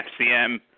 FCM